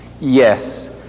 yes